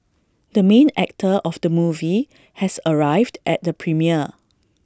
the main actor of the movie has arrived at the premiere